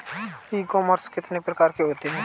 ई commerce कितने प्रकार के होते हैं?